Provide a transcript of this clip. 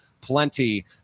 plenty